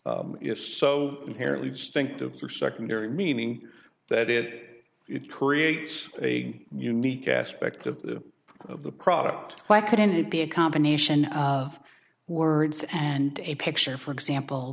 through secondary meaning that it it creates a unique aspect of the of the product why couldn't it be a combination of words and a picture for example